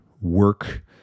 work